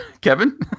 Kevin